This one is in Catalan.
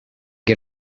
que